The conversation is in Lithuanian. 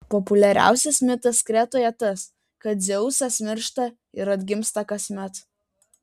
populiariausias mitas kretoje tas kad dzeusas miršta ir atgimsta kasmet